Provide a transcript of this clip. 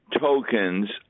tokens